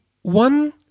One